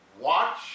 Watch